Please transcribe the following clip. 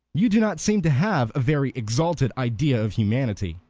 you do not seem to have a very exalted idea of humanity,